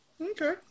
Okay